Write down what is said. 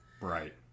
Right